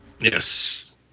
Yes